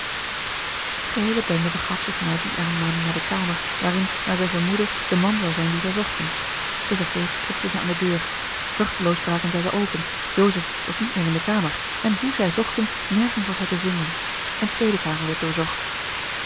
de geheele bende begaf zich na die aanmaning naar de kamer waarin naar zij vermoedde de man zou zijn dien zij zochten te vergeefs klopten zij aan de deur vruchteloos braken zij ze open joseph was niet meer in de kamer en hoe zij zochten nergens was hij te vinden eene tweede kamer werd